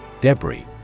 Debris